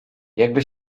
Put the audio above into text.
jakby